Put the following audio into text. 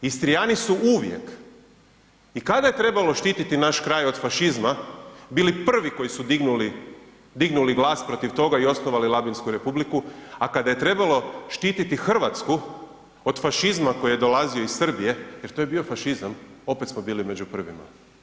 Istrijani su uvijek i kada je trebalo štititi naš kraj od fašizma, bili prvi koji su dignuli, dignuli glas protiv toga i osnovali Labinsku republiku, a kada je trebalo štititi RH od fašizma koji je dolazio iz Srbije, jer to je bio fašizam, opet smo bili među prvima.